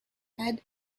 had